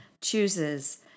chooses